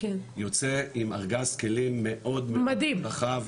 יוצא עם ארגז כלים מאוד מאוד רחב,